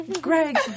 Greg